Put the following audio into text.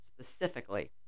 specifically